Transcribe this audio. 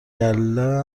گله